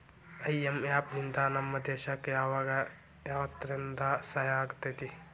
IMF ನಿಂದಾ ನಮ್ಮ ದೇಶಕ್ ಯಾವಗ ಯಾವ್ರೇತೇಂದಾ ಸಹಾಯಾಗೇತಿ?